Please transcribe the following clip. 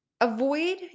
Avoid